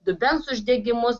dubens uždegimus